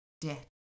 debt